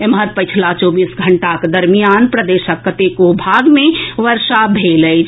एम्हर पछिला चौबीस घंटाक दरमियान प्रदेशक कतेको भाग मे बर्षा भेल अछि